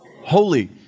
holy